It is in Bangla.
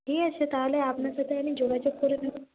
ঠিক আছে তাহলে আপনার সাথে আমি যোগাযোগ করে নেব